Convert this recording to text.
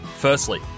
Firstly